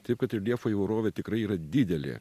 taip kad reljefo įvairovė tikrai yra didelė